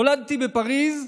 נולדתי בפריז,